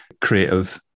creative